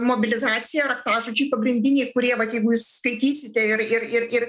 mobilizacija raktažodžiai pagrindiniai kurie vat jeigu jūs skaitysite ir ir ir ir